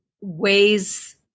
ways